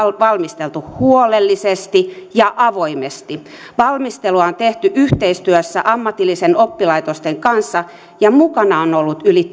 valmisteltu huolellisesti ja avoimesti valmistelua on tehty yhteistyössä ammatillisten oppilaitosten kanssa ja mukana on ollut yli